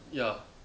ya